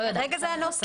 מוסמך.